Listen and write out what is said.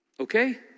Okay